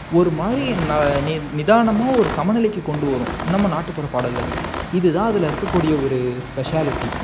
ஒருமாதிரி நிதானமாக ஒரு சமநிலைக்கு கொண்டு வரும் நம்ம நாட்டுப்புற பாடல்கள் இதுதான் அதில் இருக்க கூடிய ஒரு ஸ்பெஷாலிட்டி